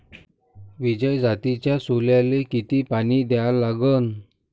विजय जातीच्या सोल्याले किती पानी द्या लागन?